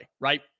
right